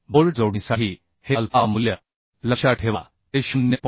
bolt जोडणीसाठी हे alpha मूल्य लक्षात ठेवा ते 0